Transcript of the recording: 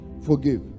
forgive